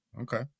Okay